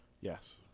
Yes